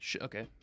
Okay